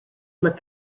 look